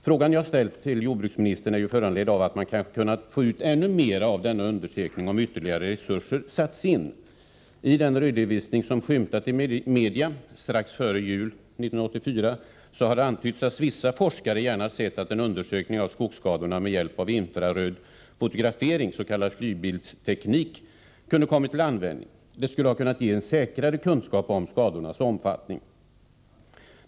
Frågan jag ställt till jordbruksministern är föranledd av att man kanske kunnat få ut ännu mer av denna undersökning, om ytterligare resurser satts in. I den redovisning som skymtat i media strax före jul 1984 har antytts att vissa forskare gärna sett att en undersökning av skogsskadorna med hjälp av infraröd-fotografering — s.k. flygbildsteknik — kunde ha kommit till användning. Det skulle ha kunnat ge en säkrare kunskap om skadornas omfattning.